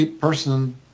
person